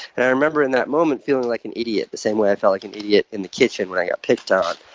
and i remember in that moment feeling like an idiot, the same way i felt like an idiot in the kitchen when i got picked on.